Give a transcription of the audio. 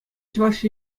чӑваш